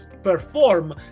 Perform